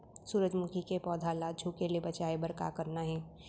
सूरजमुखी के पौधा ला झुके ले बचाए बर का करना हे?